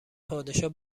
پادشاه